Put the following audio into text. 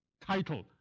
title